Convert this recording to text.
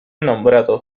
nombrado